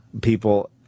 people